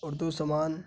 اردو زبان